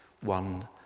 one